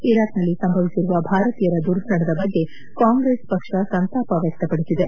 ಇರಾಕ್ನಲ್ಲಿ ಸಂಭವಿಸಿರುವ ಭಾರತೀಯರ ದುರ್ಮರಣದ ಬಗ್ಗೆ ಕಾಂಗ್ರೆಸ್ ಪಕ್ಷ ಸಂತಾಪ ವ್ಯಕ್ತ ಪಡಿಸಿದೆ